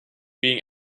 being